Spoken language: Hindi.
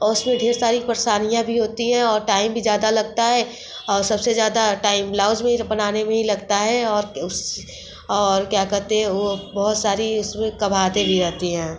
और उसमें ढेर सारी परेशानियाँ भी होती हैं और टाइम भी ज़्यादा लगता है और सबसे ज्यादा टाइम ब्लाउज में जो बनाने में ही लगता है और उस और क्या कहते हैं वो बहुत सारी उसमें कबाहटें भी आती हैं